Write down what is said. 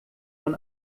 von